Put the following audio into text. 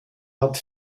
hat